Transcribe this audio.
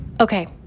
Okay